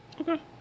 Okay